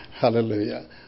hallelujah